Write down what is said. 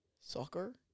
soccer